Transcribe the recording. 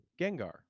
Gengar